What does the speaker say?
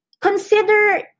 consider